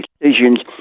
decisions